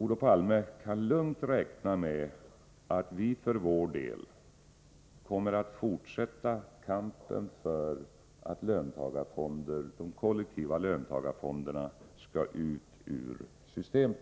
Olof Palme kan lugnt räkna med att vi för vår del kommer att fortsätta kampen för att få de kollektiva löntagarfonderna ut ur systemet.